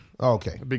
Okay